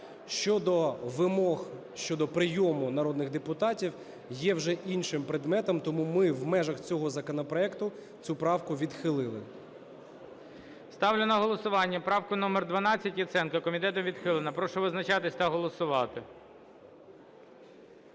щодо вимог, щодо прийому народних депутатів є вже іншим предметом, тому ми в межах цього законопроекту цю правку відхилили. ГОЛОВУЮЧИЙ. Ставлю на голосування правку номер 12 Яценка. Комітетом відхилена. Прошу визначатись та голосувати.